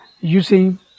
using